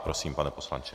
Prosím, pane poslanče.